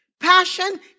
Passion